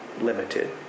limited